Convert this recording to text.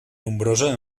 nombrosa